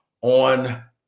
on